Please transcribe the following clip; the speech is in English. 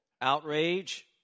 outrage